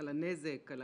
על הנזק, על